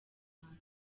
rwanda